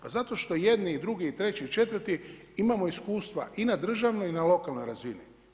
Pa zato što jedni, i drugi i treći, i četvrti imamo iskustva i na državnoj i na lokalnoj razini.